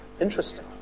interesting